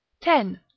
Ten